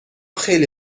خیلی